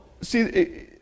see